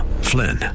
Flynn